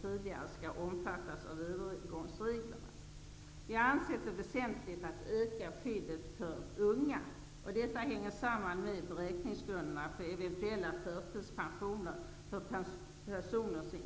föreligger i de flesta fall avtal om pensionsförmåner.